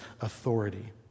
authority